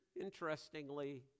interestingly